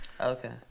Okay